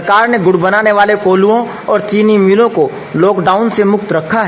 सरकार ने गुड़ बनाने वाले कोल्हुओं और चीनी मिलों को लॉक डाउन से मुक्त रखा है